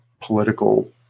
political